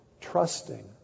trusting